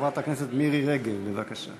חוק זכויות תלמידים עם לקות למידה